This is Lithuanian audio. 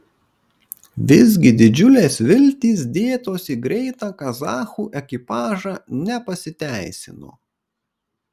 visgi didžiulės viltys dėtos į greitą kazachų ekipažą nepasiteisino